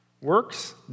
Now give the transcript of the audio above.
Works